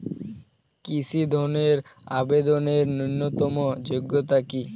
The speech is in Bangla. কৃষি ধনের আবেদনের ন্যূনতম যোগ্যতা কী?